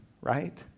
right